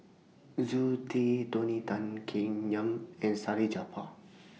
Zoe Tay Tony Tan Keng Yam and Salleh Japar